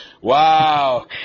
Wow